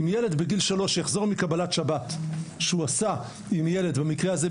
עם ילד בגיל שלוש יחזור מקבלת שבת שהוא עשה עם ילד במקרה הזה,